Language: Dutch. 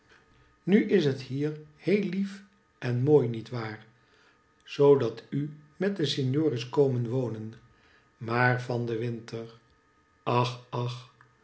nu is het hier heel lief en mooi met waar zoo dat u met den signor is komen wonen maar van den winter ach ach